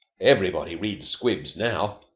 everybody reads squibs now.